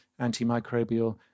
antimicrobial